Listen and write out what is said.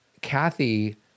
Kathy